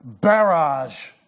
barrage